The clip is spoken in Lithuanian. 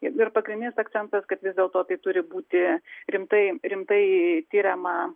ir pagrindinis akcentas kad vis dėlto tai turi būti rimtai rimtai tiriama